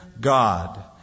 God